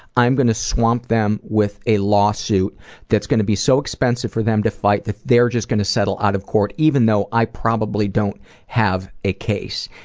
i'm gonna swamp them with a lawsuit that's gonna be so expensive for them to fight that they're just gonna settle out of court even though i probably don't have a case.